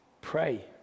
pray